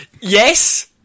yes